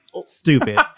stupid